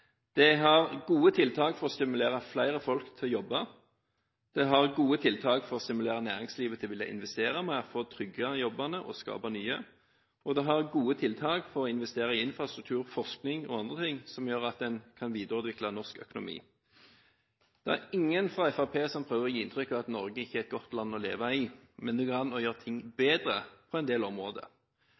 Det har gode tiltak for å stimulere flere folk til å jobbe, det har gode tiltak for å stimulere næringslivet til å ville investere mer for å trygge jobbene og skape nye, og det har gode tiltak for å investere i infrastruktur, forskning og andre ting som gjør at en kan videreutvikle norsk økonomi. Det er ingen fra Fremskrittspartiet som prøver å gi inntrykk av at Norge ikke er et godt land å leve i, men det går an å gjøre ting bedre på en del områder.